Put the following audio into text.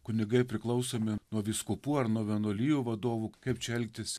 kunigai priklausomi nuo vyskupų ar nuo vienuolijų vadovų kaip čia elgtis